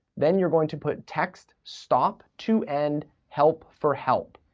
then you're going to put, text, stop to end, help for help.